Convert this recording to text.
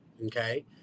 Okay